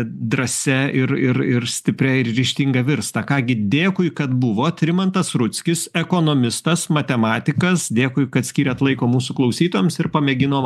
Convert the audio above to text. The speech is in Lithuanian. drąsia ir ir ir stipria ir ryžtinga virsta ką gi dėkui kad buvot rimantas rudzkis ekonomistas matematikas dėkui kad skyrėt laiko mūsų klausytojams ir pamėginom